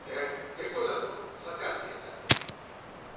ऐं हिकु लख सतासी हज़ार